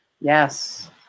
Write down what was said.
Yes